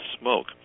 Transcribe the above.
smoke